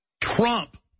Trump